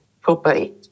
properly